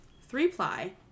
three-ply